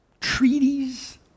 Treaties